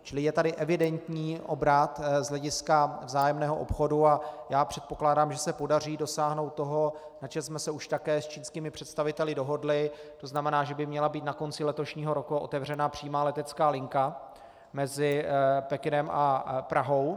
Čili je tady evidentní obrat z hlediska vzájemného obchodu a já předpokládám, že se podaří dosáhnout toho, na čem jsme se už také s čínskými představiteli dohodli, to znamená, že by měla být na konci letošního roku otevřena přímá letecká linka mezi Pekingem a Prahou.